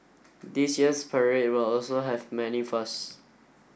this year's parade will also have many firsts